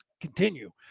Continue